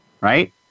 right